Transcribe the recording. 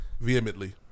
Vehemently